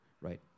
right